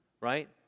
right